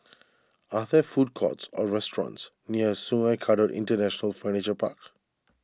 are there food courts or restaurants near Sungei Kadut International Furniture Park